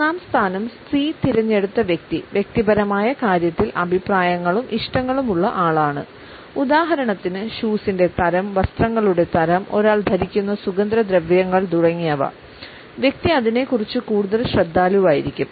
മൂന്നാം സ്ഥാനം 'സി' തിരഞ്ഞെടുത്ത വ്യക്തി വ്യക്തിപരമായ കാര്യത്തിൽ അഭിപ്രായങ്ങളും ഇഷ്ടങ്ങളും ഉള്ള ആളാണ് ഉദാഹരണത്തിന് ഷൂസിന്റെ തരം വസ്ത്രങ്ങളുടെ തരം ഒരാൾ ധരിക്കുന്ന സുഗന്ധദ്രവ്യങ്ങൾ തുടങ്ങിയവ വ്യക്തി അതിനെക്കുറിച്ച് കൂടുതൽ ശ്രദ്ധാലുവായിരിക്കും